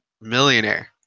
millionaire